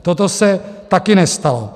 Toto se taky nestalo.